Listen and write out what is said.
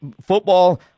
football